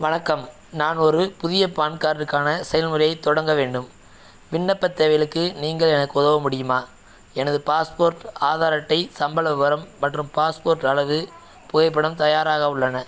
வணக்கம் நான் ஒரு புதிய பான்கார்டுக்கான செயல்முறையைத் தொடங்க வேண்டும் விண்ணப்பத் தேவைகளுக்கு நீங்கள் எனக்கு உதவ முடியுமா எனது பாஸ்போர்ட் ஆதார் அட்டை சம்பள விபரம் மற்றும் பாஸ்போர்ட் அளவு புகைப்படம் தயாராக உள்ளன